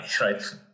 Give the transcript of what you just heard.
right